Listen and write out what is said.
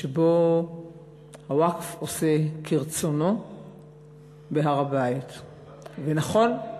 ושבו הווקף עושה בהר-הבית כרצונו.